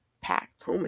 packed